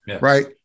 Right